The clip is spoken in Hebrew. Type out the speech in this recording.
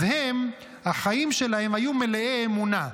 אז הם, החיים שלהם היו מלאי אמונה.